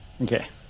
Okay